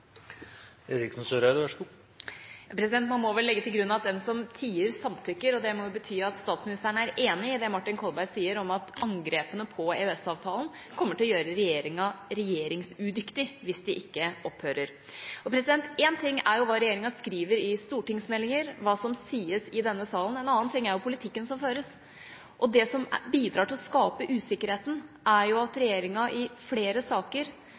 Man må vel legge til grunn at den som tier, samtykker, og det må jo bety at statsministeren er enig i det representanten Martin Kolberg sier om at angrepene på EØS-avtalen kommer til å gjøre regjeringa regjeringsudyktig hvis de ikke opphører. Én ting er hva regjeringa skriver i stortingsmeldinger og hva som sies i denne salen, en annen ting er politikken som føres. Det som bidrar til å skape usikkerheten, er at regjeringa i flere saker